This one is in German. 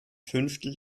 fünftel